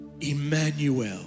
Emmanuel